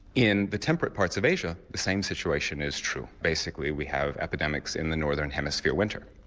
in the temperate parts of asia the same situation is true basically we have epidemics in the northern hemisphere winter.